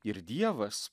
ir dievas